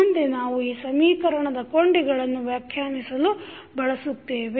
ಮುಂದೆ ನಾವು ಈ ಸಮೀಕರಣವನ್ನು ಕೊಂಡಿಗಳನ್ನು ವ್ಯಾಖ್ಯಾನಿ ಸಲು ಬಳಸುತ್ತೇವೆ